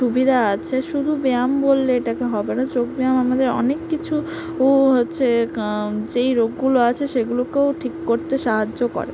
সুবিধা আছে শুধু ব্যায়াম বললে এটাকে হবে না যোগ ব্যায়াম আমাদের অনেক কিছু হচ্ছে কাঁ যেই রোগগুলো আছে সেগুলোকেও ঠিক করতে সাহায্য করে